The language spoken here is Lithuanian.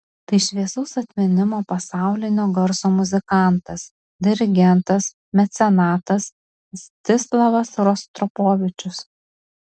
tai šviesaus atminimo pasaulinio garso muzikantas dirigentas mecenatas mstislavas rostropovičius